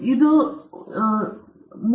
ಓಹ್